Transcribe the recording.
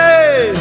Hey